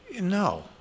No